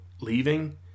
leaving